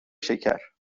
شکر